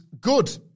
good